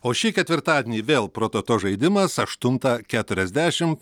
o šį ketvirtadienį vėl prototo žaidimas aštuntą keturiasdešim